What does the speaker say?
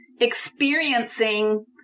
experiencing